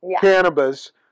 cannabis